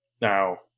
Now